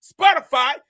Spotify